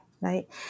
right